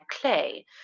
clay